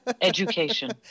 Education